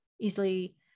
easily